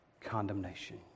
condemnation